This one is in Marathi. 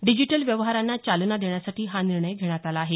डिजीटल व्यवहारांना चालना देण्यासाठी हा निर्णय घेण्यात आला आहे